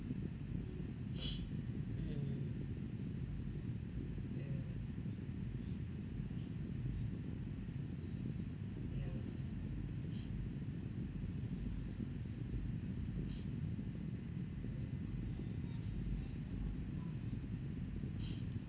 mm ya ya